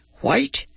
white